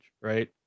right